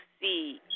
see